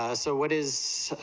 ah so what is